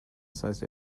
sized